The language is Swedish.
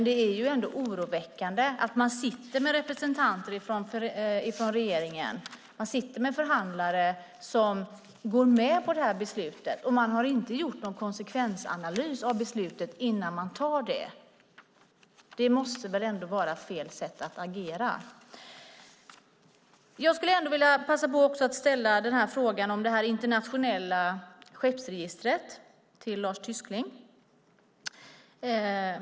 Det är dock ändå oroväckande att man sitter med representanter från regeringen, med förhandlare som går med på detta beslut, och man har inte gjort någon konsekvensanalys av beslutet innan man tar det. Det måste väl ändå vara fel sätt att agera. Jag skulle vilja passa på att ställa frågan om det internationella skeppsregistret till Lars Tysklind.